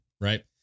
Right